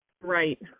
Right